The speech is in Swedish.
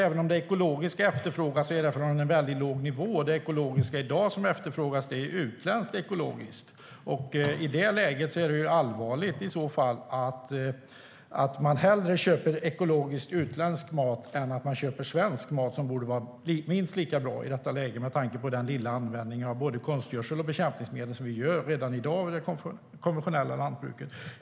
Även om det ekologiska efterfrågas är det från en låg nivå. Det ekologiska som efterfrågas i dag är utländskt ekologiskt. Det är allvarligt om man hellre köper utländsk ekologisk mat än svensk mat, som ju borde vara minst lika bra med tanke på den lilla användningen av konstgödsel och bekämpningsmedel som vi har i det konventionella lantbruket.